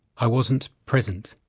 i wasn't present.